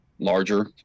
Larger